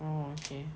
orh okay